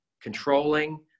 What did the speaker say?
Controlling